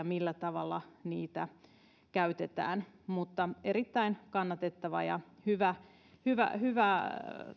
millä tavalla niitä käytetään tämä on erittäin kannatettava ja hyvä hyvä